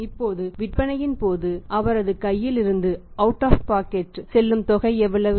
இப்போது விற்பனையின் போது அவரது கையிலிருந்து செல்லும் தொகை எவ்வளவு